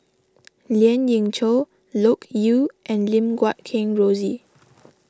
Lien Ying Chow Loke Yew and Lim Guat Kheng Rosie